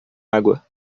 água